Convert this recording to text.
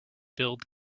build